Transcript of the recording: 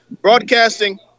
broadcasting